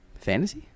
Fantasy